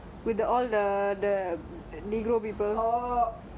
!huh! who is ruby